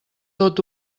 tot